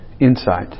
insight